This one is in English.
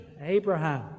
Abraham